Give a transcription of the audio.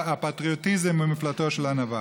הפטריוטיזם הוא מפלטו של הנבל.